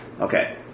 okay